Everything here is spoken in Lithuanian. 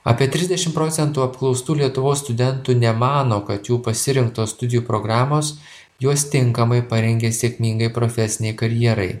apie trisdešim procentų apklaustų lietuvos studentų nemano kad jų pasirinktos studijų programos juos tinkamai parengia sėkmingai profesinei karjerai